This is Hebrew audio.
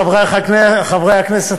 חברי חברי הכנסת,